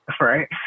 right